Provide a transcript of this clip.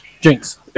Jinx